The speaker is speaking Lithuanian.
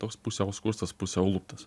toks pusiau skustas pusiau luptas